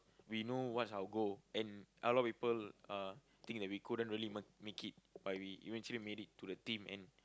we know what's our goal and a lot of people uh think that we couldn't really m~ make it but we eventually made it to the team and